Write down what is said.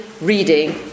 reading